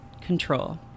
control